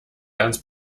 ganz